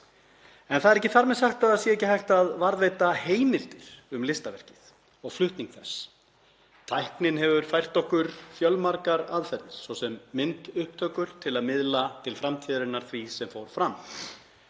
Það er ekki þar með sagt að það sé ekki hægt að varðveita heimildir um listaverkið og flutning þess. Tæknin hefur fært okkur fjölmargar aðferðir, svo sem myndupptökur til að miðla til framtíðarinnar því sem fór fram,